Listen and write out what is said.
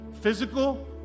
physical